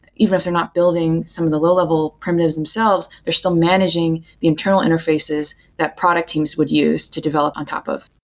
even if they're not building some of the low-level primitives themselves, they're still managing the interfaces that product teams would use to develop on top of.